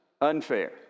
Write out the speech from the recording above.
unfair